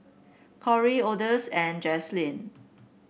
Corie Odis and Jaslene